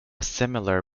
similar